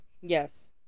Yes